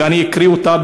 ואני אקריא אותך,